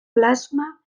plasma